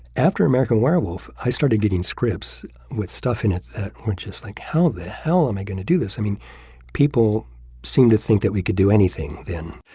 after american werewolf i started getting scripts with stuff in it which is like how the hell am i going to do this. i mean people seem to think that we could do anything then.